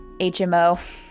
HMO